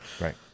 Right